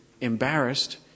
embarrassed